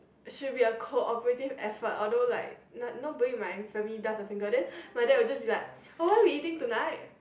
should be a cooperative effort although like no~ nobody in my family does a finger then my dad will be like oh what we eating tonight